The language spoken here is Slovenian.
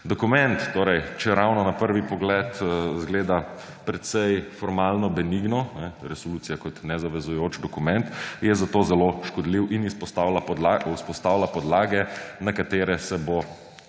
Dokument torej, čeravno na prvi pogled izgleda precej formalno benigno, resolucija kot nezavezujoč dokument, je zato zelo škodljiv in vzpostavlja podlage, na katere se bo